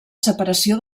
separació